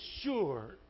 sure